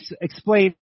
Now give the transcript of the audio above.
Explain